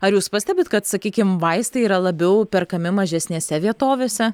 ar jūs pastebite kad sakykime vaistai yra labiau perkami mažesnėse vietovėse